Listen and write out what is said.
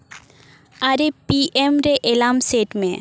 ᱟᱨᱮ P M ᱨᱮ alarm set ᱢᱮ